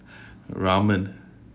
ramen